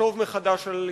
לחשוב מחדש על יוזמה.